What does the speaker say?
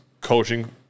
coaching